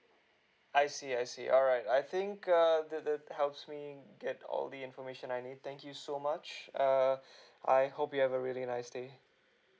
I see I see alright I think uh that that helps me get all the information I need thank you so much err I hope you have a really nice day